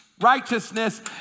Righteousness